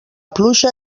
pluja